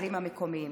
במגדלים המקומיים.